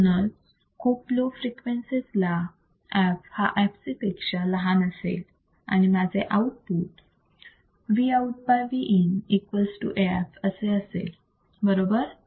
म्हणूनच खूप low frequencies ला f हा fc पेक्षा लहान असेल आणि माझे output Vout by Vin equals to AF असे असेल बरोबर